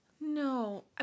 No